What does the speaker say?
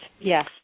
yes